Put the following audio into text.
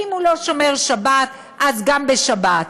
ואם הוא לא שומר שבת אז גם בשבת.